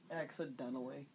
Accidentally